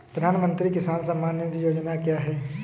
प्रधानमंत्री किसान सम्मान निधि योजना क्या है?